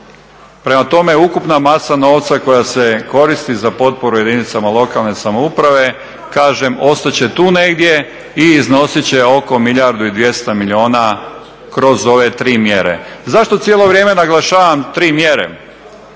Prema tome, ukupna masa novca koja se koristi za potporu jedinicama lokalne samouprave kažem ostat će tu negdje i iznosit će oko milijardu i 200 milijuna kroz ove tri mjere. Zašto cijelo vrijeme naglašavam tri mjere?